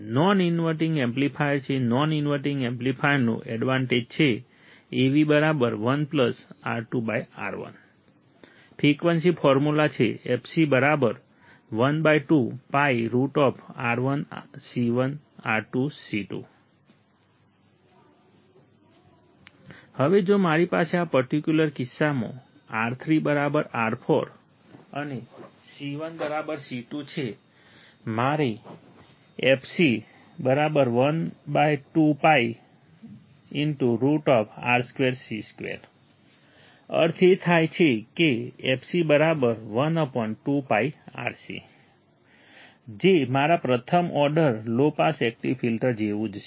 non inverting amplifier છે non inverting એમ્પ્લીફાયરનો advantage છે Av 1 R2 R1 frequency formula છે fc 12 π√ R1C1R2C2 હવે જો મારી પાસે આ પર્ટિક્યુલર કિસ્સામાં R3 R4 અને C1 C2 છે મારી fc 1 2 π √ R2C2 અર્થ એ થાય કે fc 1 2 πRC જે મારા પ્રથમ order low pass active filter જેવું જ છે